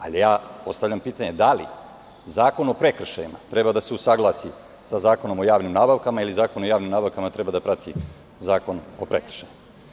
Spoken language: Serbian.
Ali, ja postavljam pitanje – da li Zakon o prekršajima treba da se usaglasi sa Zakonom o javnim nabavkama ili Zakon o javnim nabavkama treba da prati Zakon o prekršajima?